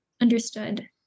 understood